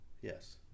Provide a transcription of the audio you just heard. Yes